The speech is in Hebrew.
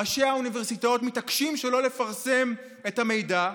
ראשי האוניברסיטאות מתעקשים שלא לפרסם את המידע,